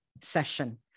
session